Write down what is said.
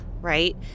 right